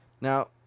Now